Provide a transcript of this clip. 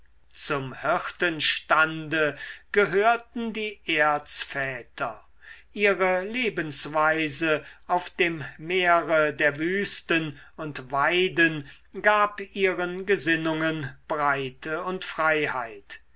zum hirtenstande gehörten die erzväter ihre lebensweise auf dem meere der wüsten und weiden gab ihren gesinnungen breite und freiheit